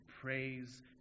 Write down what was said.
praise